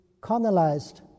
colonized